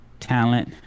Talent